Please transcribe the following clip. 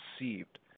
received